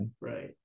right